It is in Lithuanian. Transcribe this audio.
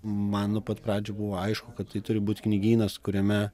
man nuo pat pradžių buvo aišku kad tai turi būt knygynas kuriame